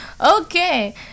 Okay